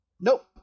Nope